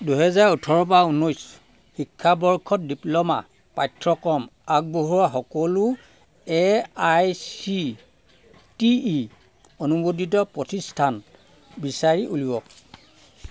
দুহেজাৰ ওঠৰ পা ঊনৈছ শিক্ষাবৰ্ষত ডিপ্ল'মা পাঠ্যক্ৰম আগবঢ়োৱা সকলো A I C T E অনুমোদিত প্ৰতিষ্ঠান বিচাৰি উলিয়াওক